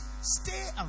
stay